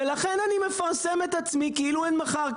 ולכן אני מפרסם את עצמי כאילו אין מחר,